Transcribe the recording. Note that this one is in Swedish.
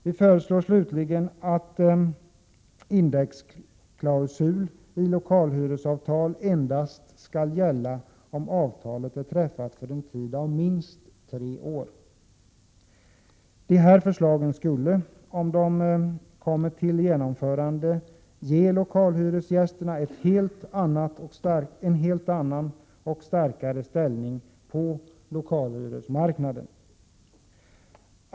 Vi föreslår slutligen att indexklausul i lokalhyresavtal endast skall gälla om avtalet är träffat för en tid av minst tre år. De här förslagen skulle, om de kommer till genomförande, ge lokalhyresgästerna en helt annan och starkare ställning på lokalhyresmarknaden.